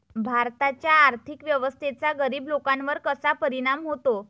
भारताच्या आर्थिक व्यवस्थेचा गरीब लोकांवर कसा परिणाम होतो?